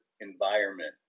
environment